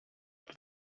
that